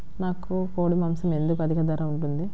నాకు కోడి మాసం ఎందుకు అధిక ధర ఉంటుంది?